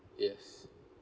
yes